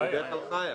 חיה הראל.